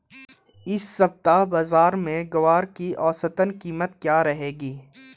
इस सप्ताह बाज़ार में ग्वार की औसतन कीमत क्या रहेगी?